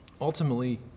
ultimately